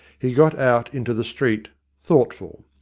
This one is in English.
he got out into the street, thoughtful.